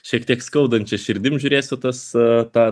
šiek tiek skaudančia širdim žiūrėsiu tas tą